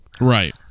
Right